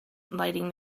lighting